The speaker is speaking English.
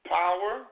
power